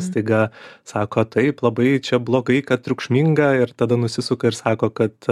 staiga sako taip labai čia blogai kad triukšminga ir tada nusisuka ir sako kad